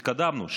התקדמנו,